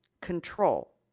control